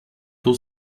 two